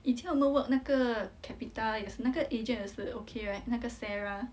以前我们 work 那个 Capita 也是那个 agent 也是 okay right 那个 sarah